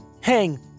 hang